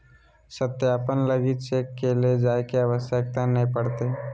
सत्यापन लगी चेक के ले जाय के आवश्यकता नय पड़तय